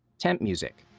temp music.